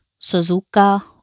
Suzuka